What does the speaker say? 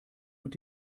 und